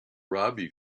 robbie